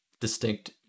distinct